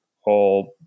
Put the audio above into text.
whole